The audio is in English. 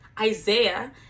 Isaiah